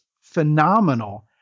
phenomenal